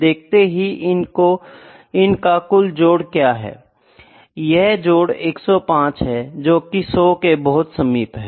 देखते है की इनका कुल जोड़ क्या है यह जोड़ 105 है जोकि 100 के बहुत समीप है